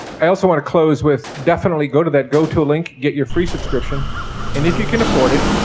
i also want to close with definitely go to that go to link, get your free subscription and if you can afford it,